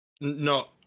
No